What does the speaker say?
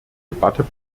debatte